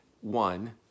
one